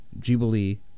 jubilee